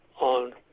on